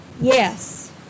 Yes